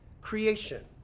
creation